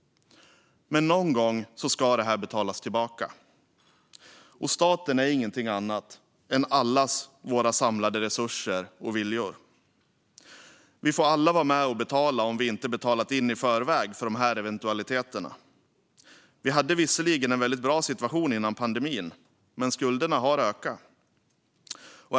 Men någon gång ska detta betalas tillbaka, och staten är ingenting annat än allas våra samlade resurser och viljor. Vi får alla vara med och betala om vi inte betalat in i förväg för de här eventualiteterna. Vi hade visserligen en väldigt bra situation före pandemin, men skulderna har ökat.